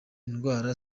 indwara